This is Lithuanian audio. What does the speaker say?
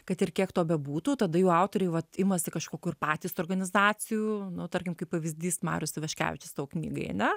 kad ir kiek to bebūtų tada jų autoriai vat imasi kažkokių ir patys organizacijų nu tarkim kaip pavyzdys marius ivaškevičius tau knygai ane